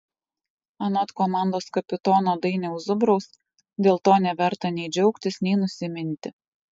anot komandos kapitono dainiaus zubraus dėl to neverta nei džiaugtis nei nusiminti